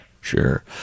sure